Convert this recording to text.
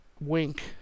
wink